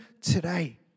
today